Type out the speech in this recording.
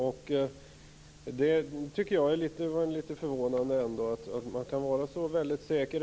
Jag tycker att det är litet förvånande att man kan vara så väldigt säker.